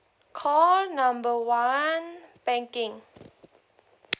call number one banking